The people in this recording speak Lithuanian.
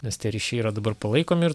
nes tie ryšiai yra dabar palaikomi ir